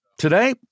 Today